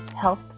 health